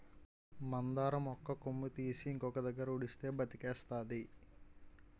మందార మొక్క కొమ్మ తీసి ఇంకొక దగ్గర ఉడిస్తే బతికేస్తాది